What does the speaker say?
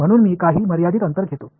म्हणून मी काही मर्यादित अंतर घेतो